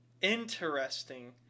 interesting